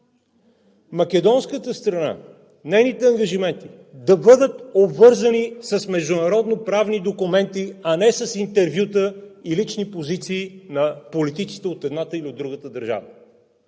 македонската страна нейните ангажименти да бъдат обвързани с международно-правни документи, а не с интервюта и лични позиции на политиците от едната или от другата държава.